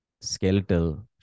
skeletal